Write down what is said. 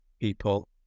people